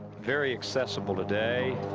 very accessible today.